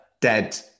Dead